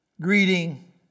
greeting